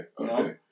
okay